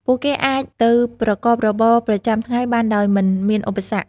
ពួកគេអាចទៅប្រកបរបរប្រចាំថ្ងៃបានដោយមិនមានឧបសគ្គ។